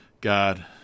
God